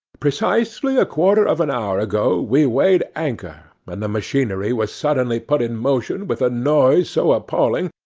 precisely a quarter of an hour ago we weighed anchor, and the machinery was suddenly put in motion with a noise so appalling,